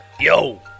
Yo